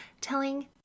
Telling